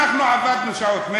אנחנו עבדנו שעות,